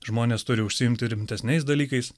žmonės turi užsiimti rimtesniais dalykais